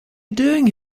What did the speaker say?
doing